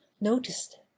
noticed